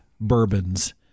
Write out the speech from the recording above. bourbons